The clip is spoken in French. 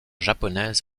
japonaise